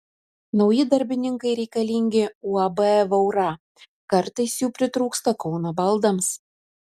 nauji darbininkai reikalingi uab vaura kartais jų pritrūksta kauno baldams